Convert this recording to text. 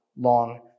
long